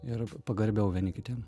ir pagarbiau vieni kitiem